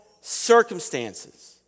circumstances